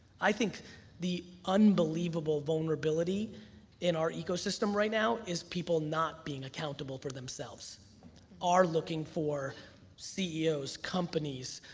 i think the unbelievable vulnerability in our ecosystem right now is people not being accountable for themselves are looking for ceos, companies,